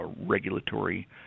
regulatory